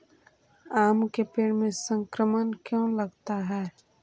आम के पेड़ में संक्रमण क्यों लगता है?